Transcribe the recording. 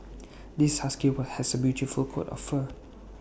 this husky will has A beautiful coat of fur